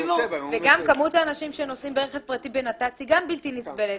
וגם כמות האנשים שנוסעים ברכב פרטי בנת"צ היא גם בלתי נסבלת.